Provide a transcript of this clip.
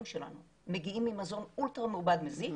שלנו מגיעים ממזון אולטרה מעובד מזיק,